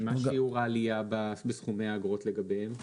ומה שיעור העלייה בסכומי האגרות לגביהם?